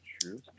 True